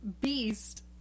beast